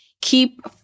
keep